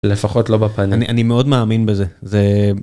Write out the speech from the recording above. לפחות לא בפנים. אני מאוד מאמין בזה, זה.